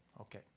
okay